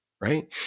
right